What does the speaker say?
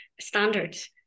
standards